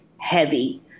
heavy